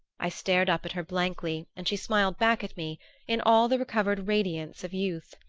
i stared up at her blankly and she smiled back at me in all the recovered radiance of youth.